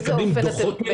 אנחנו מקבלים דוחות מהם,